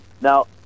Now